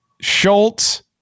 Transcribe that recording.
Schultz